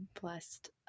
blessed